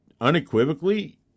unequivocally